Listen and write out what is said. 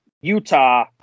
Utah